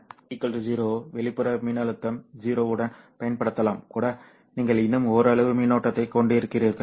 எனவே v 0 வெளிப்புற மின்னழுத்தம் 0 உடன் பயன்படுத்தப்பட்டாலும் கூட நீங்கள் இன்னும் ஓரளவு மின்னோட்டத்தைக் கொண்டிருக்கிறீர்கள்